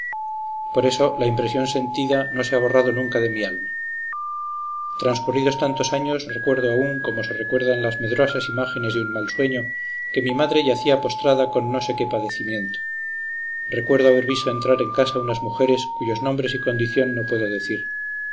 por eso la impresión sentida no se ha borrado nunca de mi alma transcurridos tantos años recuerdo aún como se recuerdan las medrosas imágenes de un mal sueño que mi madre yacía postrada con no sé qué padecimiento recuerdo haber visto entrar en casa unas mujeres cuyos nombres y condición no puedo decir